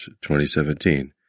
2017